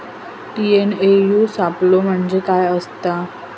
TNAU सापलो म्हणजे काय असतां?